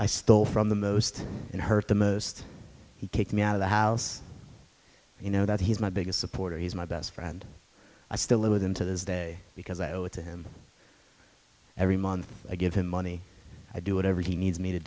i stole from the most and hurt the most take me out of the house you know that he's my biggest supporter he's my best friend i still live with him to this day because i owe it to him every month i give him money i do whatever he needs me to